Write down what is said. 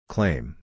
Claim